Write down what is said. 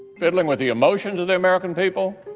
fiddling with the emotions of the american people,